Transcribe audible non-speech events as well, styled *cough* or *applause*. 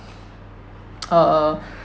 *noise* uh uh *breath*